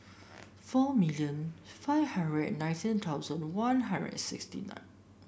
four million five hundred and nineteen thousand One Hundred and sixty nine